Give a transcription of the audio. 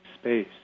space